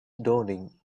daunting